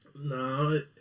No